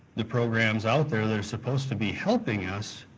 the programs out there that are supposed to be helping us,